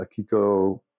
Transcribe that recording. Akiko